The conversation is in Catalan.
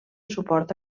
suport